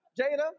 Jada